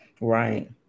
right